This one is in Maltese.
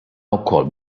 wkoll